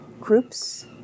groups